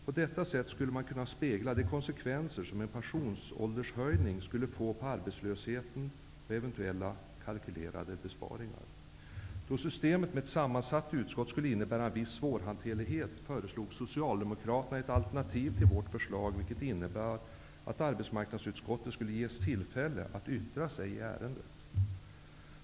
På detta sätt skulle man kunna spegla de konsekvenser som en pensionsåldershöjning skulle få för arbetslösheten och eventuella kalkylerade besparingar. Då systemet med ett sammansatt utskott skulle innebära en viss svårhanterlighet föreslog Socialdemokraterna ett alternativ till vårt förslag, vilket innebar att arbetsmarknadsutskottet skulle ges tillfälle att yttra sig i ärendet.